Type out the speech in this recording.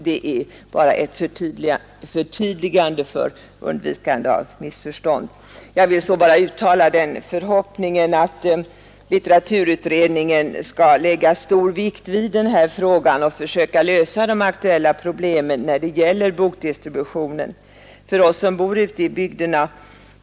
Det är bara ett förtydligande för undvikande av missförstånd. Jag uttalar förhoppningen att litteraturutredningen skall lägga stor vikt vid den här frågan och försöka lösa de aktuella problemen när det gäller bokdistributionen för oss som bor ute i bygderna.